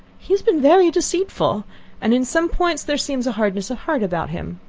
he has been very deceitful and, in some points, there seems a hardness of heart about him.